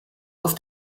auf